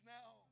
now